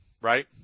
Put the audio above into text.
right